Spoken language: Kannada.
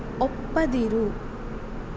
ಒಪ್ಪದಿರು